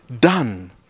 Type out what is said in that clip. done